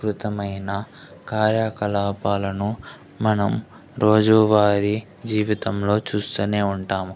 కృతమైన కార్యకలాపాలను మనం రోజూ వారి జీవితంలో చూస్తూనే ఉంటాము